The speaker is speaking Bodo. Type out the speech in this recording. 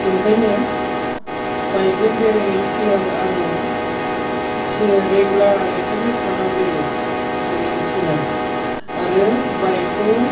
ओंखायनो बाइक जों बेरायनायनि सिगां आङो एसे रेगुलार एक्सारसाइस खालामग्रोयो थांनायनि सिगां आरो बाइक खौ